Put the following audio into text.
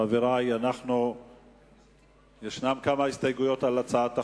חברי, יש כמה הסתייגויות להצעת החוק.